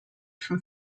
from